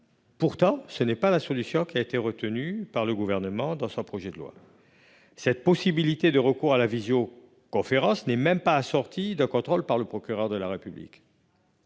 Pourtant, ce n'est pas la solution qui a été retenue par le Gouvernement dans son projet de loi. Cette possibilité de recours à la visioconférence n'est même pas assortie d'un contrôle par le procureur de la République.